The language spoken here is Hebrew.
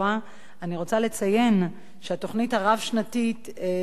אני רוצה לציין שהתוכנית הרב-שנתית שהיתה,